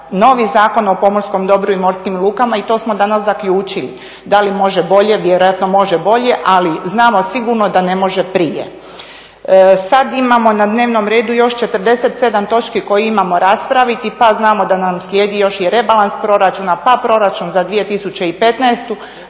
novi Zakon o pomorskom dobru i morskim lukama i to smo danas zaključili. Da li može bolje, vjerojatno može bolje ali znamo sigurno da ne može prije. Sad imamo na dnevnom redu još 47 točki koje imamo raspraviti pa znamo da nam slijedi još i rebalans proračuna pa proračun za 2015.